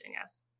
Yes